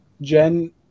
Jen